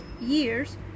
years